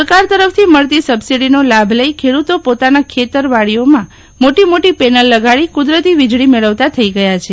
સરકાર તરફથી મળતી સબસિડીનો લાભ લઇ ખેડૂતો પોતાના ખેતર વાડીઓમાં મોટી મોટી પેનલ લગાડી કુદરતી વીજળી મેળવતા થઇ ગયા છે